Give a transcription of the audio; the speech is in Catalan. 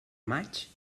maig